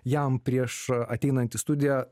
jam prieš ateinant į studiją